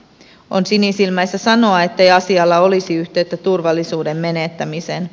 on sinisilmäistä sanoa ettei asialla olisi yhteyttä turvallisuuden menettämiseen